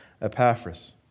Epaphras